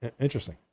Interesting